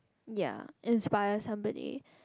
ya inspire somebody